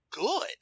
good